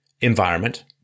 environment